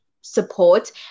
support